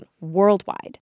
worldwide